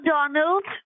Donald